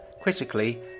critically